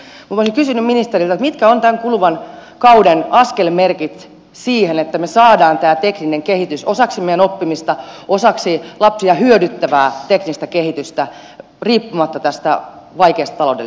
minä olisin kysynyt ministeriltä mitkä ovat tämän kuluvan kauden askelmerkit siihen että me saamme tämän teknisen kehityksen osaksi meidän oppimistamme osaksi lapsia hyödyttävää teknistä kehitystä riippumatta tästä vaikeasta taloudellisesta tilanteesta